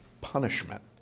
punishment